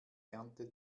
ernte